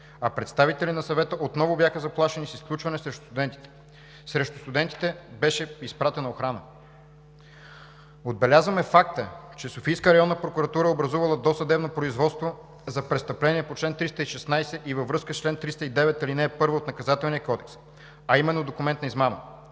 а представители на Съвета отново бяха заплашени с изключване. Срещу студентите беше изпратена охрана. Отбелязваме факта, че Софийската районна прокуратура е образувала досъдебно производство за престъпление по чл. 316 и във връзка с чл. 309, ал. 1 от Наказателния кодекс, а именно за документна измама.